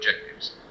objectives